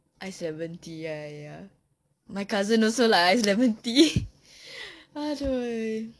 ice lemon tea ah !aiya! my cousin also like ice lemon tea !aduh!